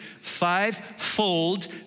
Five-fold